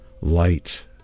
light